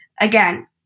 again